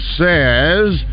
says